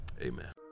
Amen